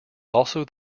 also